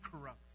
corrupt